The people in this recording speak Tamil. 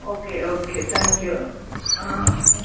ஓகே ஓகே தேங்க்யூ ஆ ஆ